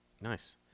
Nice